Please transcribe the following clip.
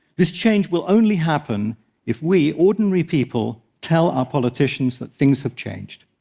this change will only happen if we ordinary people tell our politicians that things have changed.